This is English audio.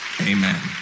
Amen